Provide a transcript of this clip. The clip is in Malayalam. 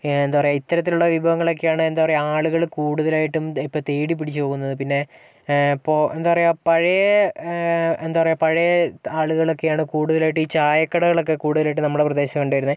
എന്താ പറയുക ഇത്തരത്തിലുള്ള വിഭവങ്ങളൊക്കെയാണ് എന്താ പറയുക ആളുകള് കൂടുതലായിട്ടും ഇപ്പം തേടിപ്പിടിച്ചു പോകുന്നത് പിന്നെ ഇപ്പോൾ എന്താ പറയുക പഴയ എന്താ പറയുക പഴയ ആളുക്കളൊക്കെയാണ് കൂടുതലായിട്ട് ഈ ചായക്കടകളൊക്കെ കൂടുതലായിട്ട് നമ്മുടെ പ്രദേശത്തുണ്ടായിരുന്നത്